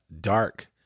dark